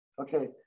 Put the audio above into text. Okay